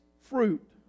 fruit